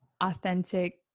authentic